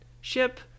ship